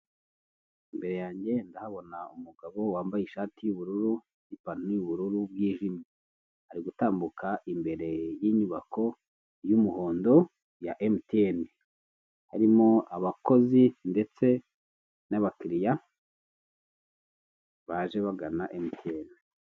Imbere yanjye ndahabona umugabo wambaye ishati y'ubururu n'ipantaro y'ubururu bwijimye, ari gutambuka imbere y'inyubako y'umuhondo ya emutiyene, harimo abakozi ndetse n'abakiriya baje bagana emutiyene.